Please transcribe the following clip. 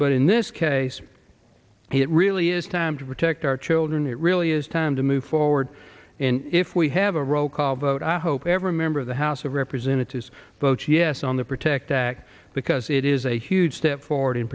but in this case it really is time to protect our children it really is time to move forward in if we have a roll call vote i hope every member of the house of representatives vote yes on the protect act because it is a huge step forward